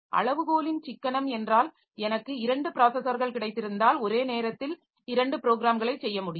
அளவுகோலின் சிக்கனம் என்றால் எனக்கு 2 ப்ராஸஸர்கள் கிடைத்திருந்தால் ஒரே நேரத்தில் 2 ப்ரோக்ராம்களைச் செய்ய முடியும்